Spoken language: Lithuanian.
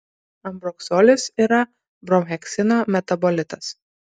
ambroksolis yra bromheksino metabolitas